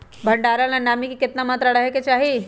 भंडारण ला नामी के केतना मात्रा राहेके चाही?